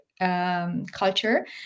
Culture